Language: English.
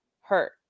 hurt